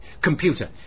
Computer